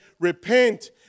repent